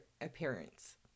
appearance